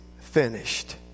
finished